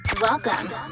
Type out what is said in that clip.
Welcome